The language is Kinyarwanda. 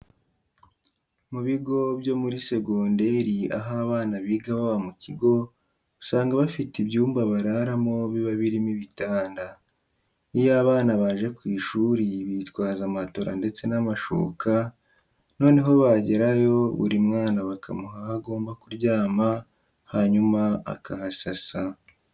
Mu bigo byo muri segonderi aho abana biga baba mu kigo, usanga bafite ibyumba bararamo biba birimo ibitanda. Iyo abana baje ku ishuri bitwaza matora ndetse n'amashuka, noneho bagerayo buri mwana bakamuha aho agomba kuryama, hanyuma akahasasa.